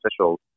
officials